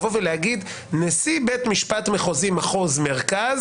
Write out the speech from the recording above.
לבוא ולהגיד: נשיא בית משפט מחוזי מחוז מרכז